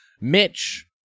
Mitch